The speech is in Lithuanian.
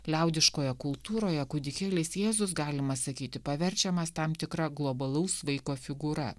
liaudiškoje kultūroje kūdikėlis jėzus galima sakyti paverčiamas tam tikra globalaus vaiko figūra